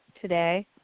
today